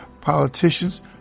Politicians